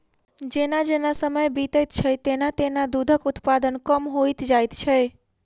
जेना जेना समय बीतैत छै, तेना तेना दूधक उत्पादन कम होइत जाइत छै